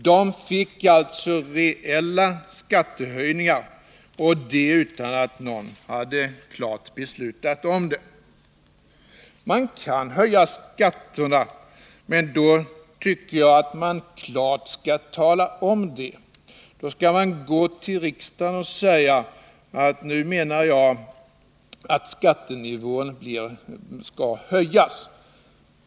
De får alltså reella skattehöjningar, och detta utan att någon klart beslutat om det. Man kan höja skatterna, men då tycker jag att man klart skall tala om det. Då skall man gå till riksdagen och säga att nu tycker jag att skattenivån skall höjas.